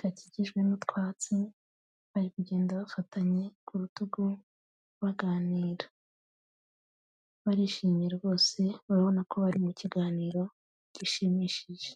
gakikijwe n'utwatsi, bari kugenda bafatanye ku rutugu, baganira. Barishimye rwose, urabona ko bari mu kiganiro gishimishije.